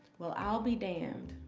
well i'll be damned.